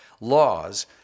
laws